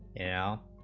now